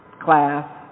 class